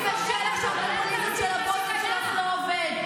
קשה לך שהפופוליזם של הבוסים שלך לא עובד.